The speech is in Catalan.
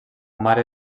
mare